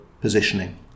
positioning